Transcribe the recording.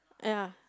ya